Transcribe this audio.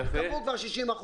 קבעו כבר 60%,